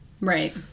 Right